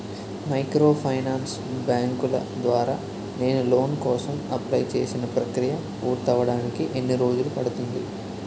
Microfinance బ్యాంకుల ద్వారా నేను లోన్ కోసం అప్లయ్ చేసిన ప్రక్రియ పూర్తవడానికి ఎన్ని రోజులు పడుతుంది?